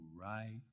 right